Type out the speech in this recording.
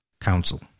Council